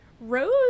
Rose